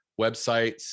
websites